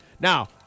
Now